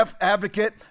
advocate